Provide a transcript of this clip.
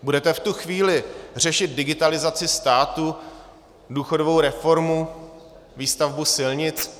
Budete v tu chvíli řešit digitalizaci státu, důchodovou reformu, výstavbu silnic?